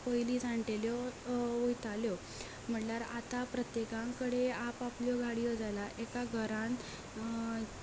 पयली जाणटेल्यो वयताल्यो म्हणल्यार आतां प्रत्येका कडेन आप आपल्यो गाडयो जालां एका घरान